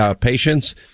patients